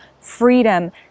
freedom